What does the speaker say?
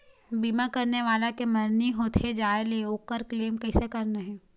बीमा करने वाला के मरनी होथे जाय ले, ओकर क्लेम कैसे करना हे?